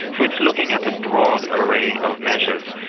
so it's looking at a broad array of measures.